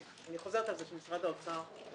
אני חוזרת על זה שמשרד האוצר מתנגד.